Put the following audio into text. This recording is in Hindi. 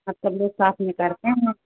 अब सब लोग साथ में करते हैं